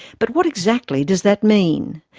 but what exactly does that mean?